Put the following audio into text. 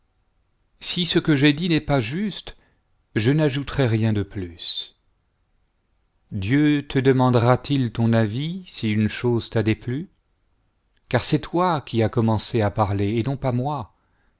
si ce que j'ai dit n'est pas juste je n'ajouterai rien de plus dieu te demandera-t-il ton avis si une chose t'a déplu car c'est toi qui as commencé à parler et non pas moi